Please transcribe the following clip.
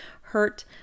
hurt